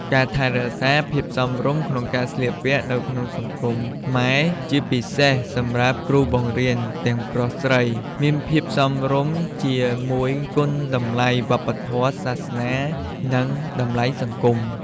ការថែរក្សាភាពសមរម្យក្នុងការស្លៀកពាក់នៅក្នុងសង្គមខ្មែរ ជាពិសេសសម្រាប់គ្រូបង្រៀនទាំងប្រុសស្រី មានភាពសមស្របជាមួយគុណតម្លៃវប្បធម៌ សាសនា និង តម្លៃសង្គម។